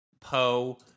Poe